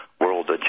world